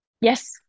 Yes